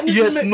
Yes